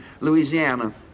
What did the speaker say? Louisiana